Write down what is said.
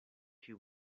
she